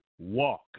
walk